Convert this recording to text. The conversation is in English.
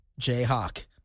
Jayhawk